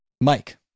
Mike